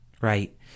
right